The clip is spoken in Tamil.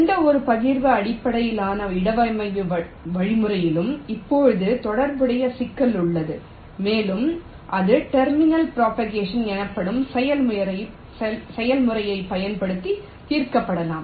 எந்தவொரு பகிர்வு அடிப்படையிலான இடவமைவு வழிமுறையிலும் இப்போது தொடர்புடைய சிக்கல் உள்ளது மேலும் இது டெர்மினல் ப்ரோபகேஷன் எனப்படும் செயல்முறையைப் பயன்படுத்தி தீர்க்கப்படலாம்